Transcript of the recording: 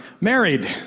married